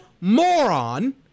moron